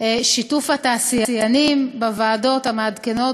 שיתוף התעשיינים בוועדות המעדכנות